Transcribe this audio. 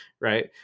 right